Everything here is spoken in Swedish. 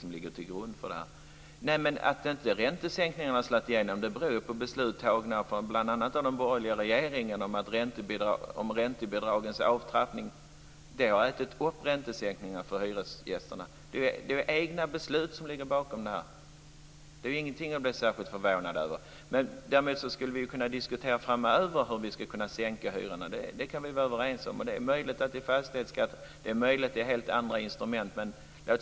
Att räntesänkningarna inte har slagit igenom beror bl.a. på beslut av den borgerliga regeringen om avtrappning av räntebidragen. De har ätit upp räntesänkningarna för hyresgästerna. Det är egna beslut som ligger bakom det här. Det är ingenting att bli särskilt förvånad över. Däremot skulle vi kunna diskutera hur vi framöver kan sänka hyrorna. Detta är möjligt via fastighetsskatten eller via helt andra instrument.